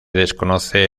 desconoce